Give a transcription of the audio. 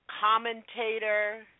commentator